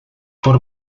por